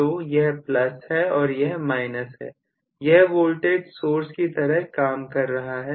तो यह प्लस है और यह माइनस है यह वोल्टेज सोर्स की तरह काम कर रहा है